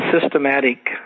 systematic